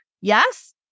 Yes